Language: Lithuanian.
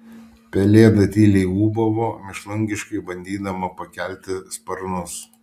pelėda tyliai ūbavo mėšlungiškai bandydama pakelti sparnus